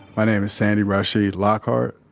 my name is sandy rashid lockheart,